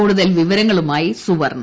കൂടുതൽ വിവരങ്ങളുമായി സുവർണ